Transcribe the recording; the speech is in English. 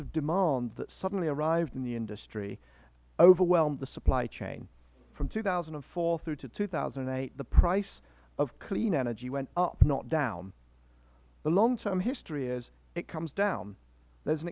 of demand that suddenly arrived in the industry overwhelmed the supply chain from two thousand and four through to two thousand and eight the price of clean energy went up not down the long term history is it comes down there is an